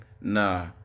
Nah